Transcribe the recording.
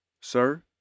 sir